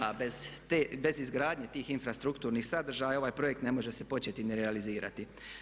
A bez izgradnje tih infrastrukturnih sadržaja ovaj projekt ne može se početi ni realizirati.